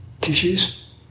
tissues